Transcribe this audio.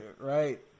right